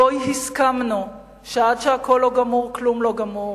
ובו הסכמנו שעד שהכול לא גמור, כלום לא גמור,